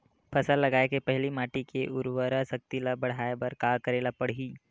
फसल लगाय के पहिली माटी के उरवरा शक्ति ल बढ़ाय बर का करेला पढ़ही?